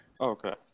Okay